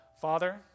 Father